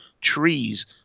trees